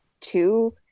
two